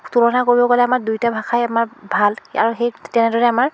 তুলনা কয়িব গ'লে আমাৰ দুয়োটা ভাষাই আমাৰ ভাল আৰু সেই তেনেদৰে আমাৰ